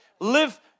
Live